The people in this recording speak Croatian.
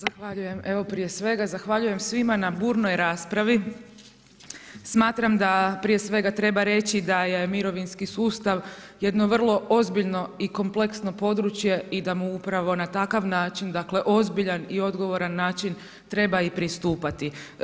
Zahvaljujem, evo prije svega zahvaljujem svima na burnoj raspravi, smatram da prije svega treba reći da je mirovinski sustav jedno vrlo ozbiljno i kompleksno područje i da mu upravo na takav način, dakle ozbiljan i odgovoran način treba i pristupati.